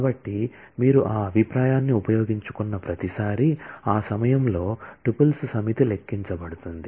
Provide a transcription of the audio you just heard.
కాబట్టి మీరు ఆ అభిప్రాయాన్ని ఉపయోగించుకున్న ప్రతిసారీ ఆ సమయంలో టుపుల్స్ సమితి లెక్కించబడుతుంది